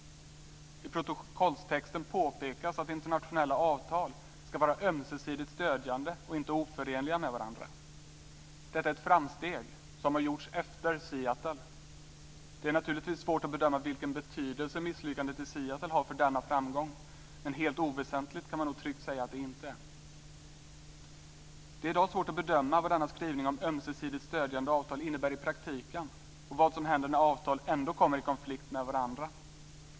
I protokollstexten påpekas att internationella avtal ska vara ömsesidigt stödjande och inte oförenliga med varandra. Detta är ett framsteg som har gjorts efter förhandlingarna i Seattle. Det är naturligtvis svårt att bedöma vilken betydelse misslyckandet i Seattle har för denna framgång, men man kan nog tryggt säga att det inte är helt oväsentligt. Det är i dag svårt att bedöma vad denna skrivning om ömsesidigt stödjande avtal innebär i praktiken och vad som händer när avtal ändå kommer i konflikt med varandra.